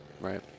right